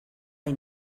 hay